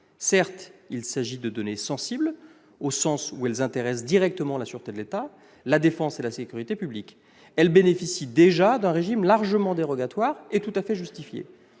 Certes, il s'agit de données sensibles au sens où elles intéressent directement la sûreté de l'État, la défense et la sécurité publique. D'ailleurs, elles bénéficient déjà à ce titre d'un régime largement dérogatoire et tout à fait justifié.